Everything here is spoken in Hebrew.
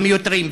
המיותרים,